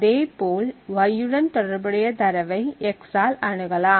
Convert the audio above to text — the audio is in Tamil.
அதேபோல் y உடன் தொடர்புடைய தரவை x ஆல் அணுகலாம்